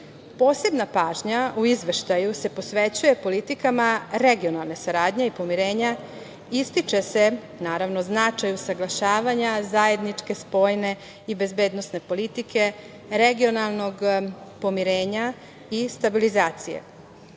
pažnja u Izveštaju se posvećuje politikama regionalne saradnje i pomirenja. Ističe se, naravno, značaj usaglašavanja zajedničke spoljne i bezbednosne politike, regionalnog pomirenja i stabilizacije.